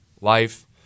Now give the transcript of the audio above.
life